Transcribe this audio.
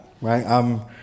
right